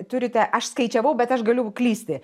turite aš skaičiavau bet aš galiu klysti